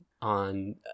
on